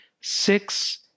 six